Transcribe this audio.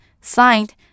signed